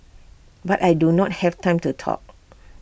but I do not have time to talk